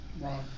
Right